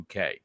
UK